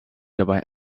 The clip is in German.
dabei